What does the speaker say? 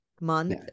month